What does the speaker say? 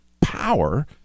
power